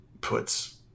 puts